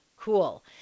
Cool